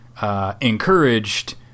Encouraged